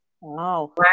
Wow